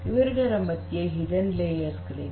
ಇವೆರಡರ ಮಧ್ಯೆ ಹಿಡನ್ ಪದರಗಳಿವೆ